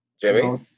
jimmy